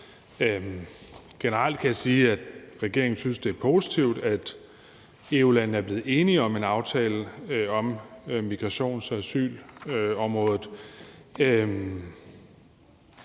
Generelt kan jeg sige, at regeringen synes, det er positivt, at EU-landene er blevet enige om en aftale om migrations- og asylområdet.